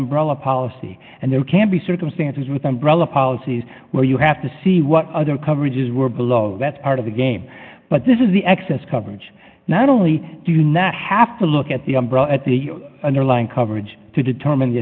umbrella policy and there can be circumstances with umbrella policies where you have to see what other coverages were below that part of the game but this is the excess coverage not only have to look at the underlying coverage to determine the